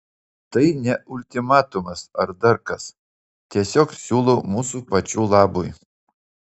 tai ne ultimatumas ar dar kas tiesiog siūlau mūsų pačių labui